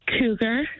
cougar